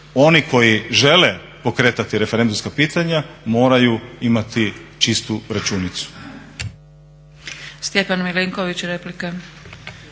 oni koji žele pokretati referendumska pitanja moraju imati čistu računicu.